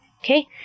Okay